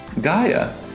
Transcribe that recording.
Gaia